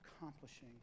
accomplishing